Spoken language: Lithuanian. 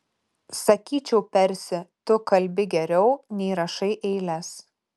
sakyčiau persi tu kalbi geriau nei rašai eiles